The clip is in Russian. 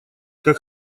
как